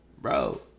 Bro